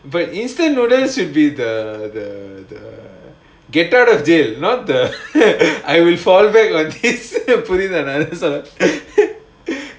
but instant noodles should be the the the get out of jail not the I will fall back on this புரியுதா நான் என்ன சொல்றேன்னு:puriyutha naan enna solraennu